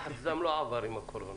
לחץ הדם והסוכרת לא עברו בקורונה.